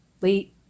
late